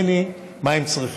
מה הם צריכים.